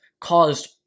caused